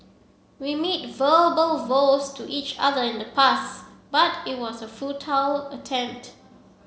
we made verbal vows to each other in the past but it was a futile attempt